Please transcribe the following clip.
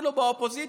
אפילו באופוזיציה,